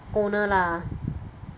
owner lah